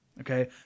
Okay